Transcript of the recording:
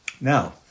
Now